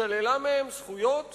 שללה מהם זכויות